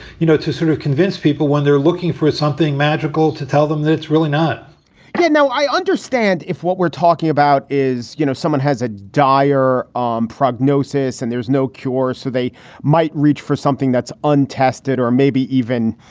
you know, to sort of convince people when they're looking for something magical to tell them that it's really not good no, i understand if what we're talking about is, you know, someone has a dire um prognosis and there's no cure. so they might reach for something that's untested or maybe even,